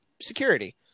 security